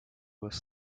was